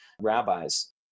rabbis